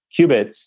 qubits